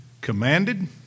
commanded